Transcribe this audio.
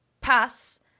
pass